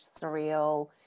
surreal